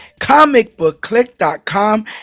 ComicBookClick.com